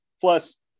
plus